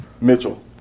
mitchell